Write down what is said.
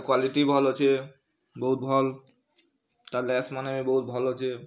quality ଭଲ୍ ଅଛେ ବହୁତ ଭଲ୍ ତାର୍ ଲେସ୍ ମାନେ ବି ବହୁତ୍ ଭଲ୍ ଅଛି